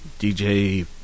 DJ